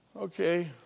Okay